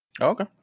Okay